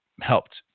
helped